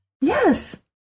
Yes